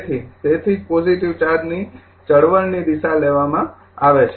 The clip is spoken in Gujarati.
તેથી તેથી જ પોજિટિવ ચાર્જની ચળવળની દિશા લેવામાં આવે છે